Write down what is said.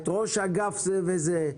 ראש אגף זה וזה,